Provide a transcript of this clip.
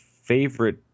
favorite